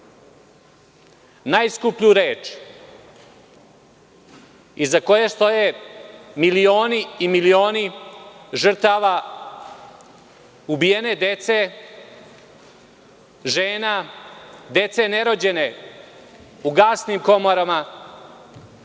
Najskuplju reč, iza koje stoje milioni i milioni žrtava, ubijene dece, žena, dece nerođene, u gasnim komorama,